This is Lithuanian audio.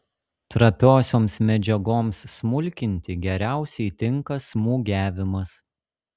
trapiosioms medžiagoms smulkinti geriausiai tinka smūgiavimas